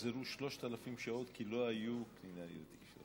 מחזרו 3,000 שעות כי לא היו קלינאיות תקשורת.